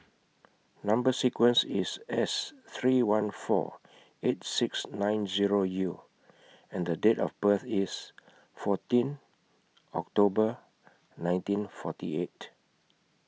Number sequence IS S three one four eight six nine Zero U and Date of birth IS fourteen October nineteen forty eight